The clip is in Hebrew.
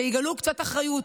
שיגלו קצת אחריות.